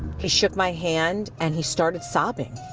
he shook my hand and he started sobbing,